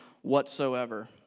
whatsoever